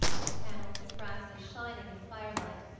its panels and brasses shining in the firelight,